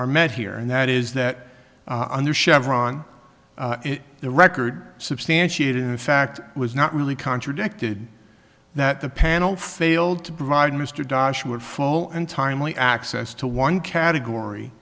are met here and that is that under chevron the record substantiated in fact was not really contradicted that the panel failed to provide mr dashwood full and timely access to one category